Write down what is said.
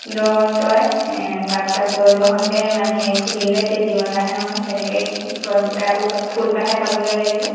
দৰ তই পাট কাপোৰৰ জহতে মাহী আই খুন্দিলে তেজীমলাহে মই তেনেকে গছজোপাই আকৌ ফুলপাহে গাবলৈ লাগিলে